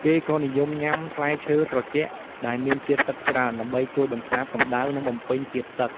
គេក៏និយមញុំា ផ្លែឈើត្រជាក់ដែលមានជាតិទឹកច្រើន ដើម្បីជួយបន្សាបកម្ដៅ និងបំពេញជាតិទឹក។